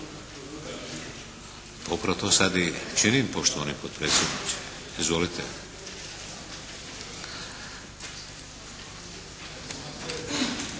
Upravo to sad i činim poštovani potpredsjedniče. Izvolite.